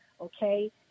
Okay